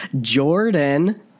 Jordan